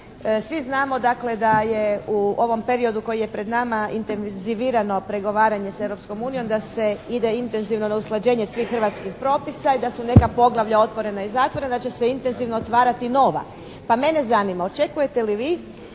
Svi znamo, dakle, da je u ovom periodu koji je pred nama intenzivirano pregovaranje s Europskom unijom, da se ide intenzivno na usklađenje svih hrvatskih propisa i da su neka poglavlja otvorena i zatvorena. Da će se intenzivno otvarati nova. Pa mene zanima očekujete li vi